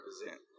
represent